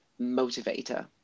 motivator